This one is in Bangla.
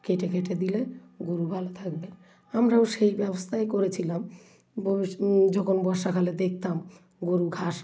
কেটে কেটে দিলে গরু ভালো থাকবে আমরাও সেই ব্যবস্থাই করেছিলাম ভবিষ যখন বর্ষাকালে দেখতাম গরু ঘাস